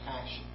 passion